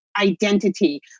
identity